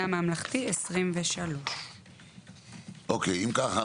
המחנה הממלכתי 23. אם כך,